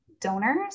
donors